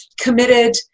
committed